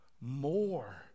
more